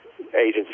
agencies